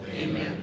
Amen